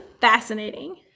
fascinating